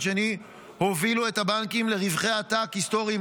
שני הובילו את הבנקים לרווחי עתק היסטוריים.